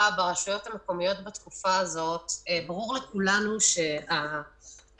ברשויות המקומיות בתקופה הזאת ברור לכולנו שהרשויות